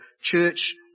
church